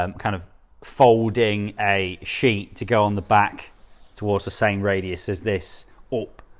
um kind of folding a sheet to go on the back towards the same radius as this up